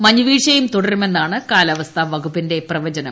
മഞ്ഞ് വീഴ്ച്യും തുടരുമെന്നാണ് കാലാവസ്ഥ വകുപ്പിന്റെ പ്രവചനം